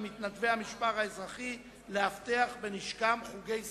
מתנדבי המשמר האזרחי לאבטח בנשקם חוגי סיור.